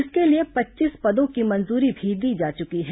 इसके लिए पच्चीस पदों की मंजूरी भी दी जा चुकी है